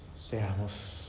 seamos